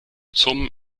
zum